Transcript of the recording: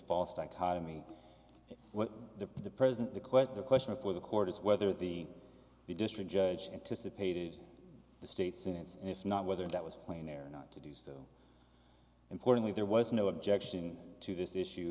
false dichotomy what the present the question the question before the court is whether the the district judge anticipated the state since it's not whether that was playing there not to do so importantly there was no objection to this issue